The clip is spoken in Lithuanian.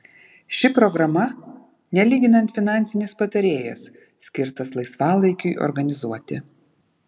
ši programa nelyginant finansinis patarėjas skirtas laisvalaikiui organizuoti